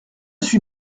suis